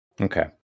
Okay